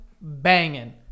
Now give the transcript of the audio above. banging